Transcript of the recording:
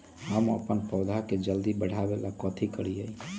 हम अपन पौधा के जल्दी बाढ़आवेला कथि करिए?